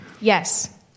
Yes